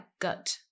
gut